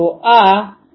તો આ V 2